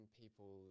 people